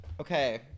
Okay